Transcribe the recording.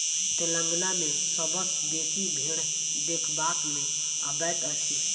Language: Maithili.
तेलंगाना मे सबसँ बेसी भेंड़ देखबा मे अबैत अछि